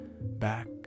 back